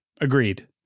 Agreed